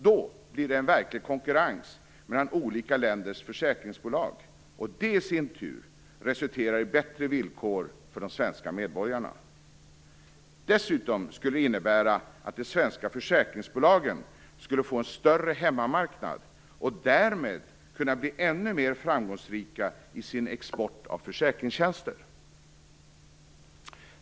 Därigenom blir det en verklig konkurrens mellan olika länders försäkringsbolag, som i sin tur resulterar i bättre villkor för de svenska medborgarna. Dessutom skulle det innebära att de svenska försäkringsbolagen skulle få en större hemmamarknad och därmed kunna bli ännu mer framgångsrika i sin export av försäkringstjänster.